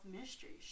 mysteries